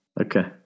Okay